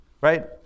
Right